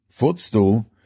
footstool